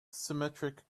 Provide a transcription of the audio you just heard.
symmetric